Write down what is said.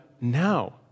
now